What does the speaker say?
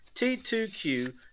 T2Q